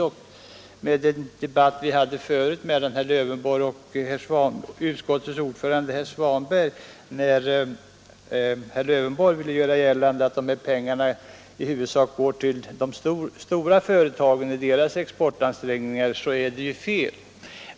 När herr Lövenborg vid den tidigare debatten med utskottets ordförande herr Svanberg ville göra gällande att dessa pengar i huvudsak går till de stora företagen i deras exportansträngningar, så är ju detta fel.